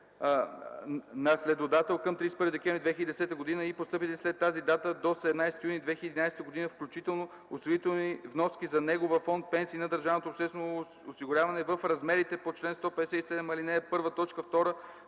наследодател към 31 декември 2010 г., и постъпилите след тази дата до 17 юни 2011 г. включително, осигурителни вноски за него във фонд „Пенсии” на държавното обществено осигуряване, в размерите по чл. 157, ал. 1,